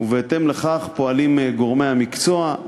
ובהתאם לכך פועלים גורמי המקצוע.